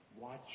watch